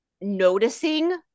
noticing